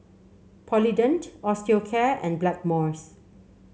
Polident Osteocare and Blackmores